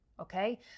okay